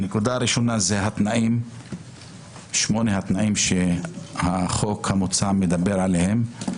הראשונה, שמונה התנאים שהחוק המוצהר מדבר עליהם.